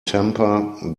temper